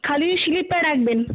খালি স্লিপটা রাখবেন